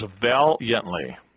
valiantly